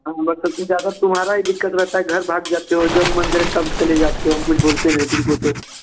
हाँ बस सब से ज़्यादा तुम्हारा ही दिक्कत रहता है घर भाग जाते हो जब मन करे तब चले जाते हो हम कुछ बोलते नहीं तुम को तो